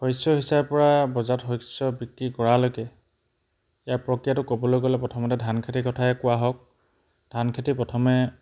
শস্য সিঁচাৰপৰা বজাৰত শস্য বিক্ৰী কৰালৈকে ইয়াৰ প্ৰক্ৰিয়াটো ক'বলৈ গ'লে প্ৰথমতে ধানখেতিৰ কথাই কোৱা হওক ধানখেতি প্ৰথমে